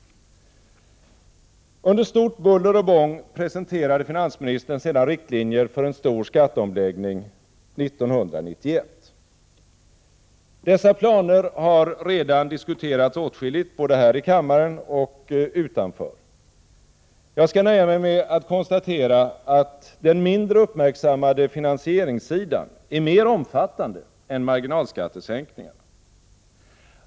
Under stort buller och bång presenterade finansministern sedan riktlinjer för en stor skatteomläggning 1991. Dessa planer har redan diskuterats åtskilligt både här i kammaren och utanför. Jag skall nöja mig med att konstatera att den mindre uppmärksammade finansieringssidan är mer omfattande än marginalskattesänkningarna.